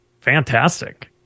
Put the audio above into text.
fantastic